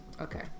okay